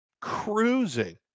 cruising